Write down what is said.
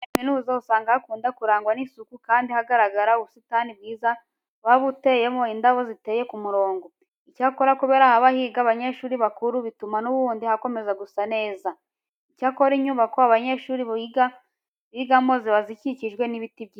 Muri kaminuza usanga hakunda kurangwa n'isuku kandi hakagaraga ubusitani bwiza buba buteyemo indabo ziteye ku murongo. Icyakora kubera haba higa abanyeshuri bakuru bituma n'ubundi hakomeza gusa neza. Icyakora inyubako abanyeshuri baba bigamo ziba zikikijwe n'ibiti byiza.